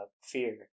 Fear